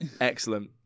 Excellent